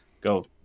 go